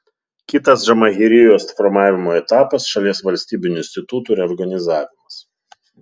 kitas džamahirijos formavimo etapas šalies valstybinių institutų reorganizavimas